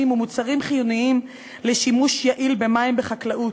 ומוצרים חיוניים לשימוש יעיל במים בחקלאות.